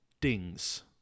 dings